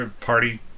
party